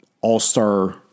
all-star